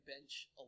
bench